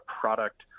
product